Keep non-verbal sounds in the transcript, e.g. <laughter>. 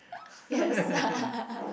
yes <laughs>